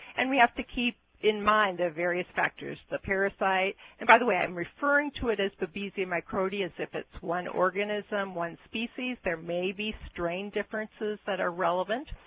and we have to keep in mind the various factors the parasites and, by the way, i'm referring to it as babesia microti as if it's one organism, one species, there may be strain differences that are relevant.